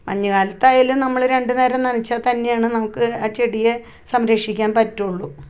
മഞ്ഞ് കാലത്തായാലും നമ്മൾ രണ്ട് നേരം നനച്ചാൽ തന്നെയാണ് നമുക്ക് ആ ചെടിയെ സംരക്ഷിക്കാൻ പറ്റുകയുള്ളു